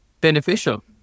beneficial